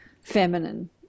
feminine